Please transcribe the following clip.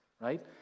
Right